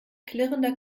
klirrender